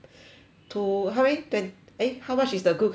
to help me then eh how much is the good class bungalow